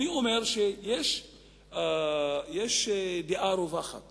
אני אומר שיש דעה רווחת